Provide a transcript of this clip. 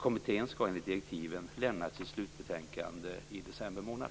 Kommittén skall enligt direktiven lämna sitt slutbetänkande i december månad.